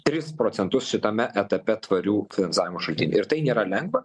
tris procentus šitame etape tvarių finansavimo šaltinių ir tai nėra lengva